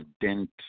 dent